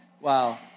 Wow